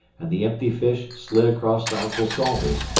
and the empty fish slid across to uncle salters,